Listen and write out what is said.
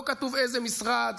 לא כתוב איזה משרד,